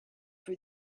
for